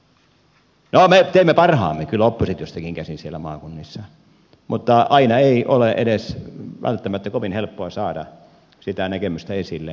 no me teemme parhaamme kyllä oppositiostakin käsin siellä maakunnissa mutta aina ei ole edes välttämättä kovin helppoa saada sitä näkemystä esille mitä meillä on